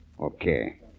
Okay